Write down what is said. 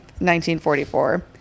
1944